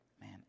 Man